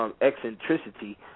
eccentricity